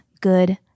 good